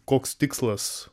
koks tikslas